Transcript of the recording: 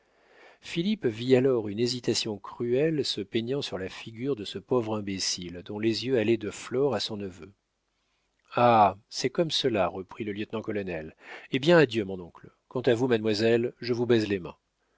vit alors une hésitation cruelle se peignant sur la figure de ce pauvre imbécile dont les yeux allaient de flore à son neveu ah c'est comme cela reprit le lieutenant-colonel eh bien adieu mon oncle quant à vous mademoiselle je vous baise les mains